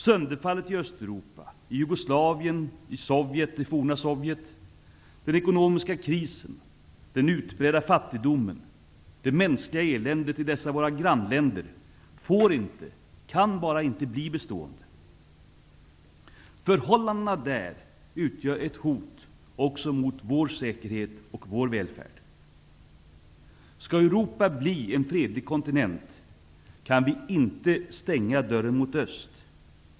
Sönderfallet i Östeuropa, i Jugoslavien och det forna Sovjetunionen, den ekonomiska krisen, den utbredda fattigdomen och det mänskliga eländet i dessa våra grannländer kan och får bara inte bli bestående. Förhållandena där utgör ett hot också mot vår säkerhet och vår välfärd. Om Europa skall bli en fredlig kontinent, kan vi inte stänga dörren mot öst.